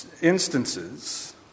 instances